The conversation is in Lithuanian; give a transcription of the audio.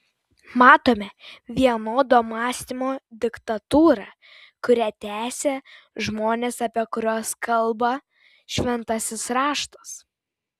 matome vienodo mąstymo diktatūrą kurią tęsia žmonės apie kuriuos kalba šventasis raštas